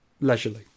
Leisurely